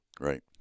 Right